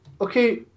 Okay